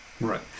Right